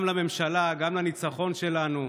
גם לממשלה, גם לניצחון שלנו,